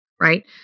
right